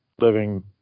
living